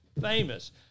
Famous